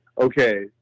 okay